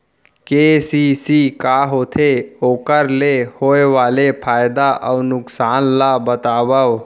KCC का होथे, ओखर ले होय वाले फायदा अऊ नुकसान ला बतावव?